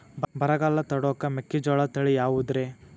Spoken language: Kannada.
ಬರಗಾಲ ತಡಕೋ ಮೆಕ್ಕಿಜೋಳ ತಳಿಯಾವುದ್ರೇ?